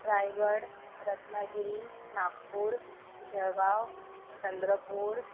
Raigad Ratnagiri Nagpur Jalgaon Chandrapur